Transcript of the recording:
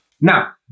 Now